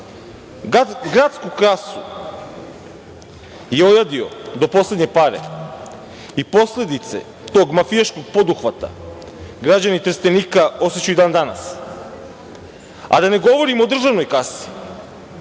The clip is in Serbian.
Gradsku kasu je ojadio do poslednje pare. Posledice tog mafijaškog poduhvata građani Trstenika osećaju i dan-danas. Da ne govorim o državnoj kasi